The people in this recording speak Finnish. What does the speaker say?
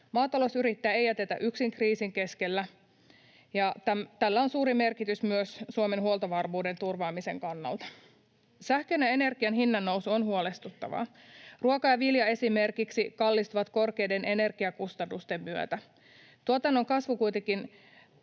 Maatalousyrittäjiä ei jätetä yksin kriisin keskellä, ja tällä on suuri merkitys myös Suomen huoltovarmuuden turvaamisen kannalta. Sähkön ja energian hinnannousu on huolestuttavaa. Ruoka ja vilja esimerkiksi kallistuvat korkeiden energiakustannusten myötä. Tuotannon kasvun kuitenkin